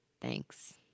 Thanks